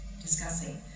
discussing